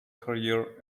career